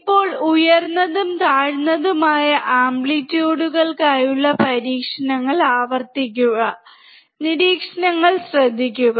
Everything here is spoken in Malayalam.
ഇപ്പോൾ ഉയർന്നതും താഴ്ന്നതുമായ ആംപ്ലിറ്റ്യൂഡുകൾക്കായുള്ള പരീക്ഷണങ്ങൾആവർത്തിക്കുക നിരീക്ഷണങ്ങൾ ശ്രദ്ധിക്കുക